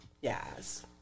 yes